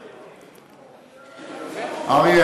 אריה,